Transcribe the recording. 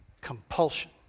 compulsion